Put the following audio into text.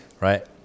right